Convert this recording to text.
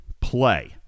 play